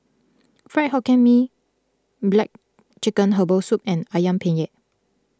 Fried Hokkien Mee Black Chicken Herbal Soup and Ayam Penyet